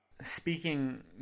Speaking